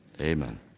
Amen